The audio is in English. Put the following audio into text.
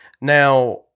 now